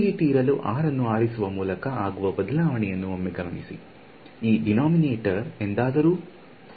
ಈ ರೀತಿ ಇರಲು r ಅನ್ನು ಆರಿಸುವ ಮೂಲಕ ಆಗುವ ಬದಲಾವಣೆಯನ್ನು ಒಮ್ಮೆ ಗಮನಿಸಿ ಈ ದಿನೊಮಿನಾಟೋರ್ ಎಂದಾದರೂ 0 ಕ್ಕೆ ಹೋಗುತ್ತದೆಯೇ